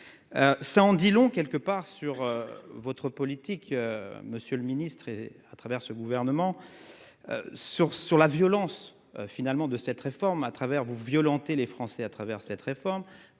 Ça en dit long quelque part sur votre politique. Monsieur le ministre, et à travers ce gouvernement. Sur sur la violence finalement de cette réforme, à travers vous violenter les Français à travers cette réforme